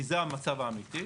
כי זה המצב האמיתי,